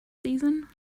season